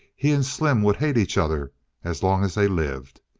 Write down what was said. he and slim would hate each other as long as they lived.